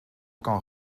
kan